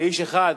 כאיש אחד,